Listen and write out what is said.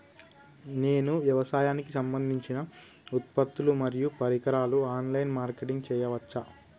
నేను వ్యవసాయానికి సంబంధించిన ఉత్పత్తులు మరియు పరికరాలు ఆన్ లైన్ మార్కెటింగ్ చేయచ్చా?